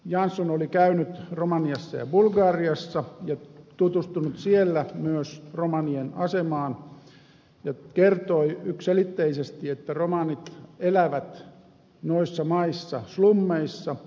jansson oli käynyt romaniassa ja bulgariassa ja tutustunut myös siellä romanien asemaan ja kertoi yksiselitteisesti että romanit elävät noissa maissa slummeissa